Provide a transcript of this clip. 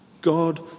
God